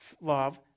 love